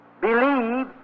believe